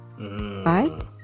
Right